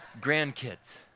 Grandkids